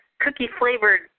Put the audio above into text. cookie-flavored